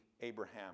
Abraham